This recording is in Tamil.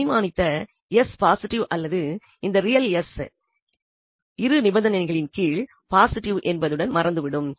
நாம் அனுமானித்த s பாசிட்டிவ் அல்லது இந்த ரியல் s இந்த இரு நிபந்தனைகளின் கீழ் பாசிட்டிவ் என்பதுடன் மறந்துவிடும்